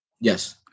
Yes